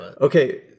Okay